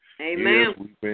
Amen